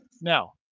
Now